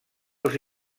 els